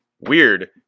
Weird